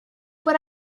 when